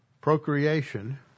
procreation